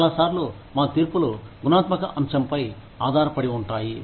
చాలా సార్లు మా తీర్పులు గుణాత్మక అంశంపై ఆధారపడి ఉంటాయి